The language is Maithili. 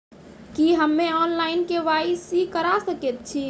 की हम्मे ऑनलाइन, के.वाई.सी करा सकैत छी?